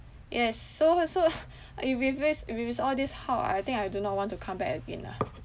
yes so ha~ so if it is if it is all these how ah I think I do not want to come back again lah